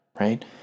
right